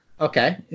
Okay